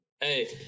Hey